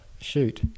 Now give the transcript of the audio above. shoot